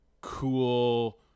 cool